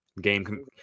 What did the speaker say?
Game